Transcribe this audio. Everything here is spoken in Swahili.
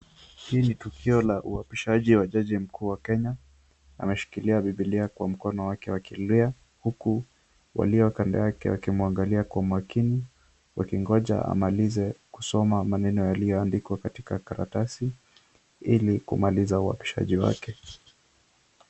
Hii ni tukio la uapishaji wa jaji mkuu wa Kenya, ameshikilia bibilia katika mkono wake wa kulia huku walio kando yake wakimuangalia kwa makini, wakingoja amalize kusoma maneno yaliyoandikwa katika karatasi ili kumaliza uapishaji wake.